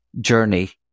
journey